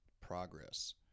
progress